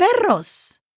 perros